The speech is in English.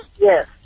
Yes